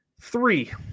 three